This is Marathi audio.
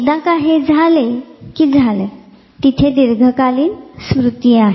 एकदा हे झाले म्हणजे झाले तिथे दीर्घकालीन स्मृती आहेत